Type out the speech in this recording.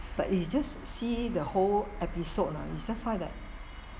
but you just see the whole episode lah it's just why that